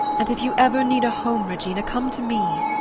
and if you ever need a home, regina, come to me.